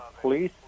police